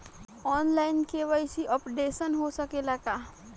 आन line KYC updation हो सकेला का?